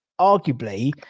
arguably